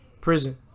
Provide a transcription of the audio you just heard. prison